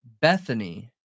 Bethany